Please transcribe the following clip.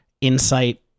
Insight